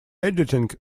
editing